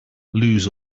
lose